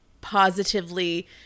positively